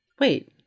wait